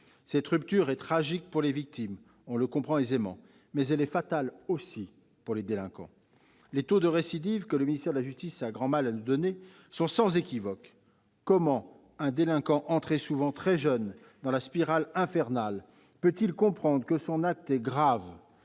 Cette rupture est tragique pour les victimes, on le comprend aisément, mais elle est fatale aussi pour les délinquants. Les taux de récidive, que le ministère de la justice a grand mal à nous communiquer, sont sans équivoque. Comment un délinquant, entré souvent très jeune dans la spirale infernale, peut-il comprendre que son acte est grave